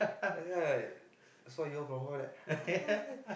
yeah yeah like saw your from her like